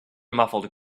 muffled